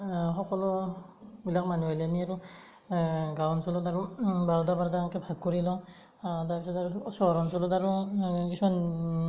সকলোবিলাক মানুহ আহিলে আমি আৰু গাঁও অঞ্চলত আৰু বাৰটা বাৰটাকে এনকে ভাগ কৰি লওঁ তাৰপিছত আৰু চহৰ অঞ্চলত আৰু কিছুমান